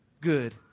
good